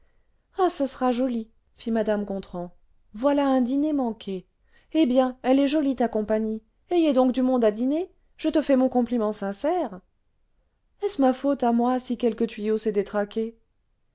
ah i ce sera job fit mme gontran voilà un dîner manqué eh bien elle est jobe ta compagnie ayez donc du monde à dîner je te fais mon compliment sincère est-ce ma faute à moi si quelque tuyau s'est détraqué